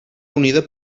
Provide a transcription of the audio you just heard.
unida